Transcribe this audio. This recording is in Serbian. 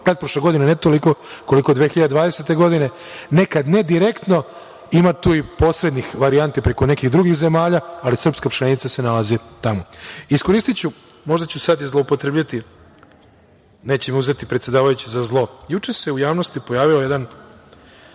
Pretprošle godine ne toliko koliko 2020. godine, nekad ne direktno, ima tu i posrednih varijanti preko nekih drugih zemalja, ali srpska pšenica se nalazi tamo. Iskoristiću, možda ću sad i zloupotrebiti, neće mi uzeti predsedavajući za zlo. Juče se u javnosti pojavio jedan